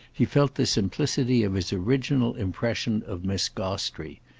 he felt the simplicity of his original impression of miss gostrey.